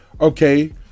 okay